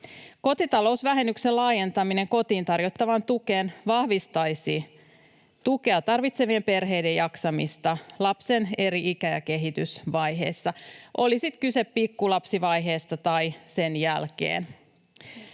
Kotitalousvähennyksen laajentaminen kotiin tarjottavaan tukeen vahvistaisi tukea tarvitsevien perheiden jaksamista lapsen eri ikä- ja kehitysvaiheissa, oli sitten kyse pikkulapsivaiheesta tai ajasta sen jälkeen.